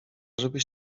żebyś